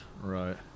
right